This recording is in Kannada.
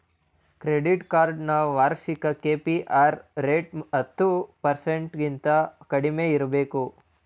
ಕ್ರೆಡಿಟ್ ಕಾರ್ಡ್ ನ ವಾರ್ಷಿಕ ಕೆ.ಪಿ.ಆರ್ ರೇಟ್ ಹತ್ತು ಪರ್ಸೆಂಟಗಿಂತ ಕಡಿಮೆ ಇರಬೇಕು